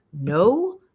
no